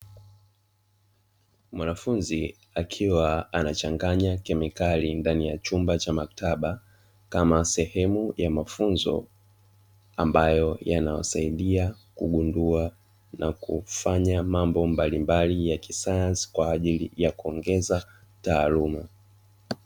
Mwanafunzi akiwa anachanganya kemikali ndani ya chumba cha maktaba, kama sehemu ya mafunzo ambayo yanawasaidia kugundua na kufanya mambo mbalimbali ya kisayansi kwa ajili ya kuongeza taaluma.